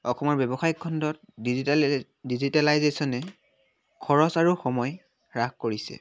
অসমৰ ব্যৱসায়িক খণ্ডত ডিজিটেল ডিজিটেলাইজেশ্যনে খৰচ আৰু সময় হ্ৰাস কৰিছে